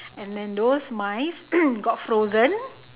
and then those mice got frozen